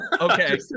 okay